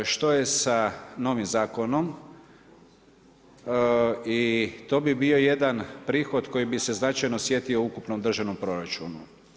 Što je sa novim zakonom i to bi bio jedan koji bi se značajno osjetio u ukupnom državnom proračunu.